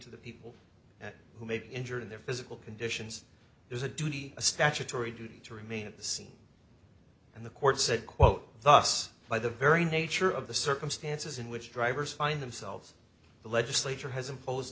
to the people who may be injured in their physical conditions there's a duty a statutory duty to remain at the scene and the court said quote thus by the very nature of the circumstances in which drivers find themselves the legislature has imposed